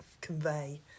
convey